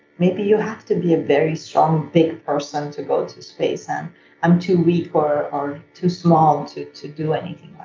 maybe you have to be a very strong big person to go to space. and i'm too weak, or um too small to do anything